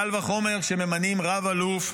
קל וחומר כשממנים רב-אלוף,